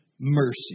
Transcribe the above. mercy